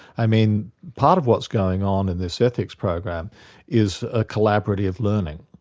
i mean part of what's going on in this ethics program is a collaborative learning.